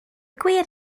gwir